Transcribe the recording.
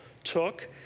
took